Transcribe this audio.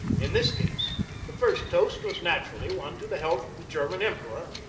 in this case the first toast was naturally one to the health of the german emperor,